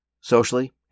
Socially